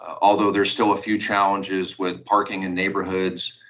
although there's still a few challenges with parking in neighborhoods,